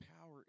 power